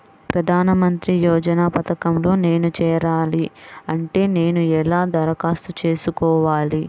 ప్రధాన మంత్రి యోజన పథకంలో నేను చేరాలి అంటే నేను ఎలా దరఖాస్తు చేసుకోవాలి?